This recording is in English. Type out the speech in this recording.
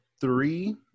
three